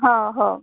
ह हो